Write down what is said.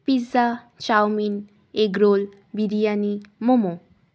pizza chowmein egg roll biryani momo